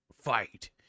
Fight